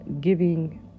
giving